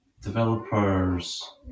developers